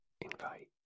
invite